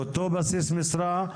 לאותו בסיס משרה,